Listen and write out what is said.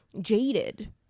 jaded